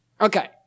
Okay